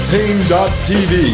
Pain.tv